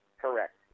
Correct